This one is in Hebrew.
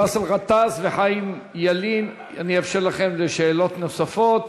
באסל גטאס וחיים ילין, אאפשר לכם שאלות נוספות.